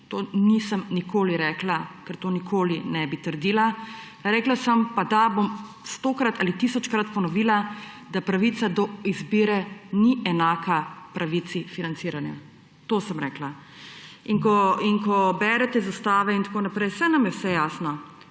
Tega nisem nikoli rekla, ker tega nikoli ne bi trdila. Rekla sem pa, da bom stokrat ali tisočkrat ponovila, da pravica do izbire ni enaka pravici financiranja. To sem rekla. In ko berete iz ustave in tako naprej, saj nam je vse jasno.